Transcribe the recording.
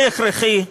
זה הכרחי,